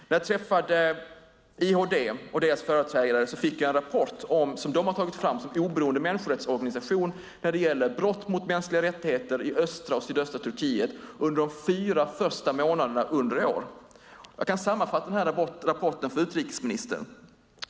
När jag träffade IHD och deras företrädare fick jag en rapport som de har tagit fram som oberoende människorättsorganisation när det gäller brott mot mänskliga rättigheter i östra och sydöstra Turkiet under de fyra första månaderna i år. Jag kan sammanfatta denna rapport för utrikesministern.